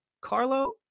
Carlo